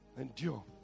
endure